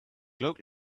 looked